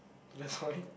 we are sorry